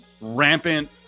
rampant